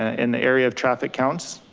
in the area of traffic counts.